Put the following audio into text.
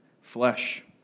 flesh